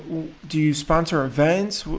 do you sponsor events?